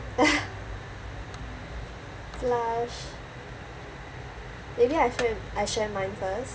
blush maybe I share I share mine first